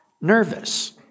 nervous